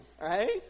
right